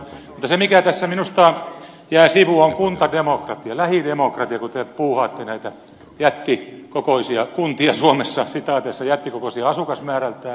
mutta se mikä tässä minusta jää sivuun on kuntademokratia lähidemokratia kun te puuhaatte näitä jättikokoisia kuntia suomessa sitaateissa jättikokoisia asukasmäärältään